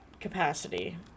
capacity